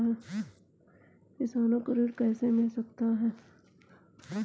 किसानों को ऋण कैसे मिल सकता है?